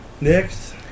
next